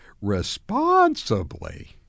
responsibly